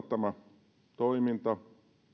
tämä toiminta